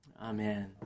Amen